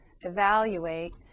evaluate